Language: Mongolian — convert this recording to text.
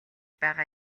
байгаа